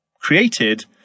created